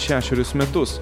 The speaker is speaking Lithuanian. šešerius metus